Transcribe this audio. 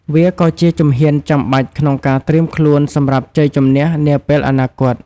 វាក៍ជាជំហានចាំបាច់ក្នុងការត្រៀមខ្លួនសម្រាប់ជ័យជម្នះនាពេលអនាគត។